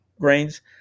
grains